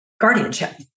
guardianship